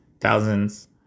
thousands